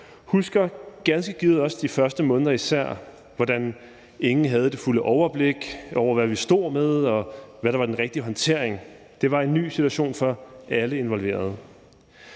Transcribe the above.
ingen, især de første måneder, havde det fulde overblik over, hvad vi stod med, og hvad der var den rigtige håndtering. Det var en ny situation for alle involverede.